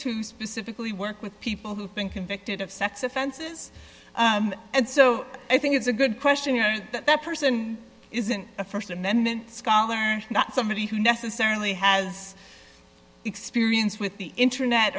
who specifically work with people who've been convicted of sex offenses and so i think it's a good question you know that person isn't a st amendment scholar not somebody who necessarily has experience with the internet